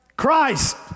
Christ